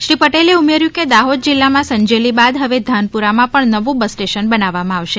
શ્રી પટેલે ઉમેર્યું કે દાહોદ જિલ્લામાં સંજેલી બાદ હવે ધાનપુરમાં પણ નવું બસ સ્ટેશન બનાવવામાં આવશે